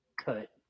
cut